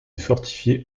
fortifiée